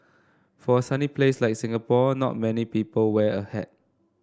for a sunny place like Singapore not many people wear a hat